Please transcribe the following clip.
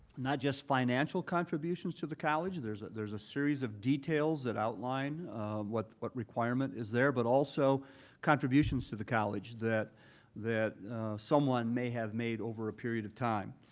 not just financial contributions to the college. there's there's a series of details that outline what what requirement is there, but also contributions to the college that that someone may have made over a period of time.